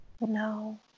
No